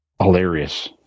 Hilarious